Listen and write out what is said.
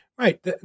Right